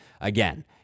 Again